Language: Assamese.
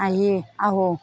আহিয়ে আহোঁ